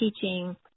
teaching